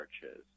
churches